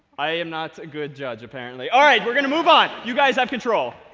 i am not a good judge, apparently. all right, we're going to move on. you guys have control.